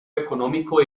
económico